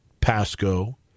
Pasco